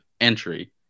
entry